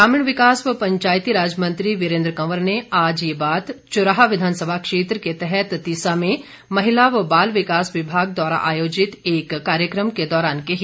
ग्रामीण विकास व पंचायतीराज मंत्री वीरेन्द्र कंवर ने आज ये बात चुराह विधानसभा क्षेत्र के तहत तीसा में महिला एवं बाल विकास विभाग द्वारा आयोजित एक कार्यक्रम के दौरान कही